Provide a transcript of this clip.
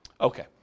Okay